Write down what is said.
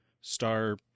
star